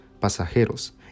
pasajeros